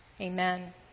Amen